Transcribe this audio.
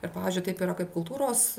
ir pavyzdžiui taip yra kaip kultūros